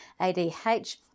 ADH